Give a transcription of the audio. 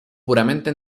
puramente